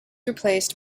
replaced